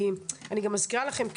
אני גם מזכירה לכם,